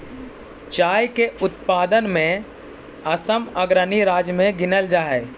चाय के उत्पादन में असम अग्रणी राज्य में गिनल जा हई